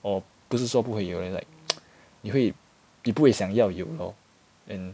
or 不是说不会有 like 你会你不会想要有 lor and